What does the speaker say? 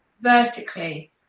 vertically